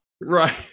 right